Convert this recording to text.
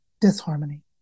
disharmony